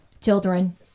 children